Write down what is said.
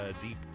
deep